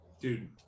Dude